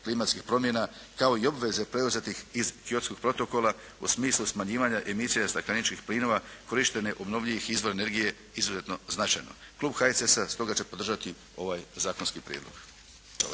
klimatskih promjena kao i obveze preuzetih iz Kyotskog protokola u smislu smanjivanja emisije stakleničkih plinova, korištenje obnovljivih izvora energije izuzetno značajno. Klub HSS-a stoga će podržati ovaj zakonski prijedlog.